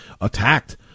attacked